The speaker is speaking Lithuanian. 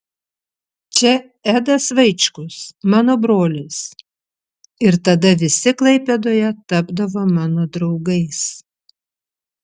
čia edas vaičkus mano brolis ir tada visi klaipėdoje tapdavo mano draugais